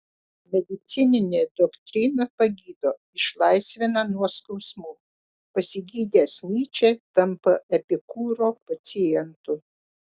medicininė doktrina pagydo išlaisvina nuo skausmų pasigydęs nyčė tampa epikūro pacientu